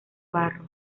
barro